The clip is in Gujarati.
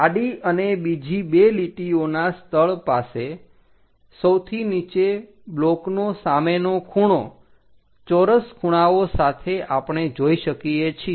આડી અને બીજી બે લીટીઓના સ્થળ પાસે સૌથી નીચે બ્લોકનો સામેનો ખૂણો ચોરસ ખૂણાઓ સાથે આપણે જોઈ શકીએ છીએ